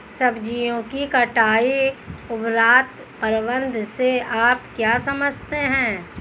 सब्जियों की कटाई उपरांत प्रबंधन से आप क्या समझते हैं?